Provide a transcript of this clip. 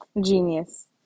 Genius